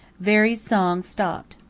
veery's song stopped.